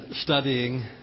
studying